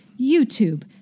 YouTube